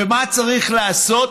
ומה צריך לעשות?